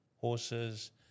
horses